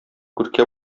күркә